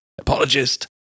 apologist